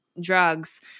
drugs